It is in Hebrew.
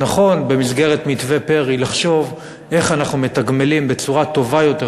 נכון במסגרת מתווה פרי לחשוב איך אנחנו מתגמלים בצורה טובה יותר,